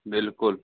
बिल्कुल